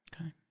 okay